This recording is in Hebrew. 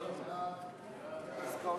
ההצעה